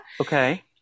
Okay